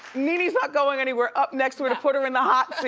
nene's not going anywhere. up next, we're gonna put her in the hot